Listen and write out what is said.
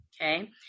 Okay